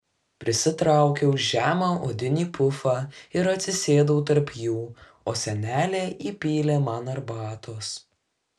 prisitraukiau žemą odinį pufą ir atsisėdau tarp jų o senelė įpylė man arbatos